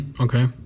Okay